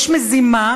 יש מזימה